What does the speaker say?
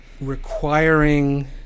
requiring